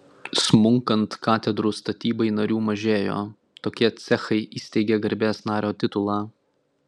smunkant katedrų statybai narių mažėjo tokie cechai įsteigė garbės nario titulą